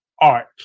art